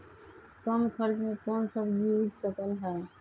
कम खर्च मे कौन सब्जी उग सकल ह?